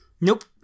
Nope